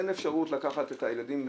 אין אפשרות לקחת את הילדים,